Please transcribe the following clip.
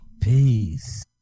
Peace